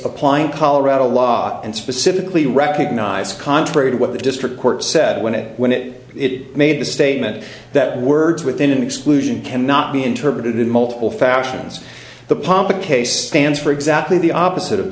applying colorado law and specifically recognized contrary to what the district court said when it when it it made the statement that words within an exclusion cannot be interpreted in multiple fashions the pomp a case dance for exactly the opposite of